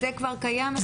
אז זה כבר קיים?